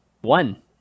one